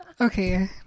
Okay